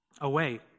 away